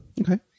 okay